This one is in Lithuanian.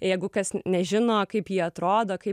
jeigu kas nežino kaip ji atrodo kaip